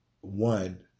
One